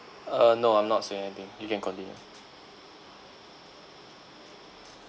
uh no I'm not saying anything you can continue